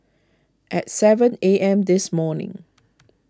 at seven A M this morning